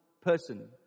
person